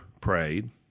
prayed